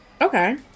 Okay